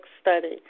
Study